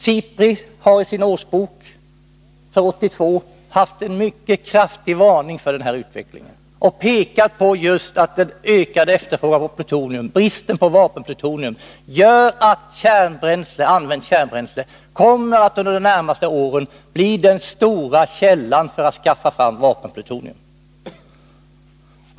SIPRI har i sin årsbok för 1982 givit en mycket kraftig varning för denna utveckling och pekat just på den ökade efterfrågan på plutonium. Bristen på vapenplutonium gör att använt kärnbränsle under de närmaste åren kommer att bli den stora källan för anskaffning av vapenplutonium.